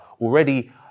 already